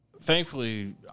Thankfully